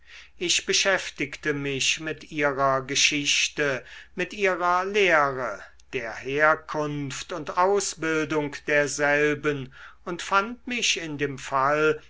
ich beschäftigte mich mit ihrer geschichte mit ihrer lehre der herkunft und ausbildung derselben und fand mich in dem fall